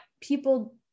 people